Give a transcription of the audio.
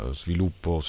sviluppo